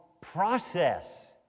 process